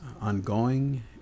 ongoing